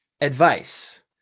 advice